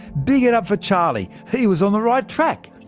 big it up for charlie he was on the right track!